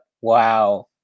wow